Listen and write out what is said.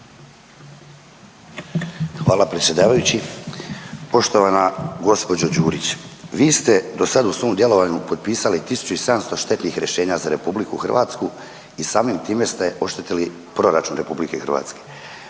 Hvala predsjedavajući. Poštovana gospođo Đurić, vi ste do sada u svom djelovanju potpisali 1700 štetnih rješenja za RH i samim time ste oštetili proračun RH. Mene zanima